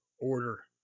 order